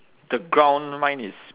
the ground mine is